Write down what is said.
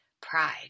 pride